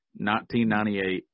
1998